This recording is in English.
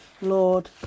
lord